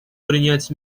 принять